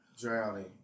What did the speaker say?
drowning